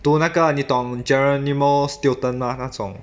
读那个你懂 geronimo stilton mah 那种